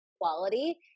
quality